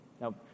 Now